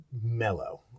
mellow